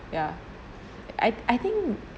ya I I think